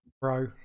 Bro